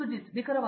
ಸುಜಿತ್ ನಿಖರವಾಗಿ